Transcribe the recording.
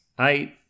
eight